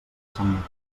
sant